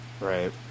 Right